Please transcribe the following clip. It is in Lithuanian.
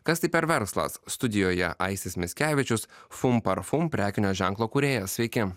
kas tai per verslas studijoje aistis mickevičius fum parfum prekinio ženklo kūrėjas sveiki